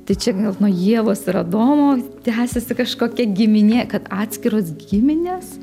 tai čia gal nuo ievos ir adomo tęsiasi kažkokia giminė kad atskiros giminės